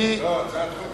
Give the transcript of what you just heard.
הצעת החוק